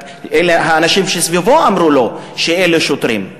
רק האנשים שסביבו אמרו לו שאלה שוטרים.